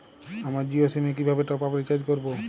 আমার জিও সিম এ কিভাবে টপ আপ রিচার্জ করবো?